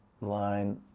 line